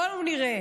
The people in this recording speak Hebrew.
בואו נראה.